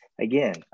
again